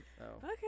Okay